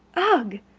ugh,